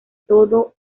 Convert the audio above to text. todo